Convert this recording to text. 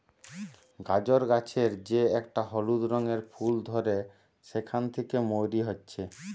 গাজর গাছের যে একটা হলুদ রঙের ফুল ধরে সেখান থিকে মৌরি হচ্ছে